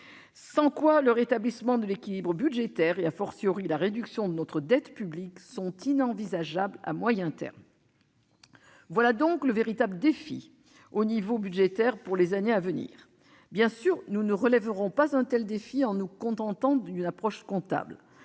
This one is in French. sans quoi le rétablissement de l'équilibre budgétaire et la réduction de notre dette publique, sont inenvisageables à moyen terme. Voilà donc le véritable défi sur le plan budgétaire pour les années qui viennent. Bien sûr, nous ne relèverons pas un tel défi en nous contentant d'une approche comptable.